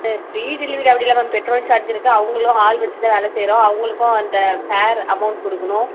sir free delivery அப்படி இல்லை ma'am petrol charge இருக்கு அவங்களும் ஆள் வச்சி தான் வேலை செய்யறோம் அவங்களுக்கும் அந்த ஃபேர் அமௌன்ட் கொடுக்குணும்